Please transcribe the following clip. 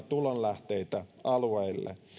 tulonlähteiksi alueille